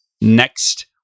next